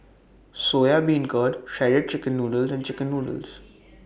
Soya Beancurd Shredded Chicken Noodles and Chicken Noodles